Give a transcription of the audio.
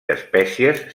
espècies